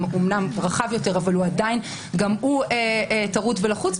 אמנם רחב יותר אבל עדיין גם הוא טרוד ולחוץ,